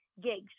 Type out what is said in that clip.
gigs